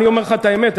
אני אומר לך את האמת,